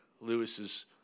Lewis's